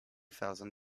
thousand